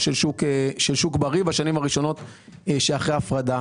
של שוק בריא בשנים הראשונות לאחר ההפרדה.